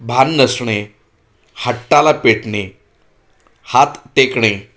भान नसणे हट्टाला पेटणे हात टेकणे